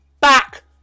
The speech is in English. back